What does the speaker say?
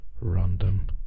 random